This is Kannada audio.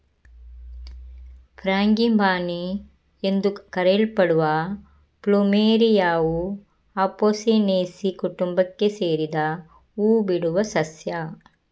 ಫ್ರಾಂಗಿಪಾನಿ ಎಂದು ಕರೆಯಲ್ಪಡುವ ಪ್ಲುಮೆರಿಯಾವು ಅಪೊಸಿನೇಸಿ ಕುಟುಂಬಕ್ಕೆ ಸೇರಿದ ಹೂ ಬಿಡುವ ಸಸ್ಯ